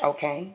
Okay